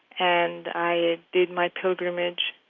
and i did my pilgrimage.